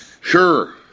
Sure